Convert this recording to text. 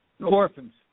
Orphans